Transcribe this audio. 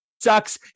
sucks